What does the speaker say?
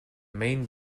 main